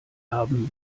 erben